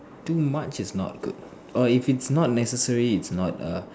too much is not good or if it's not necessary it's not err